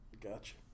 Gotcha